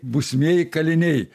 būsimieji kaliniai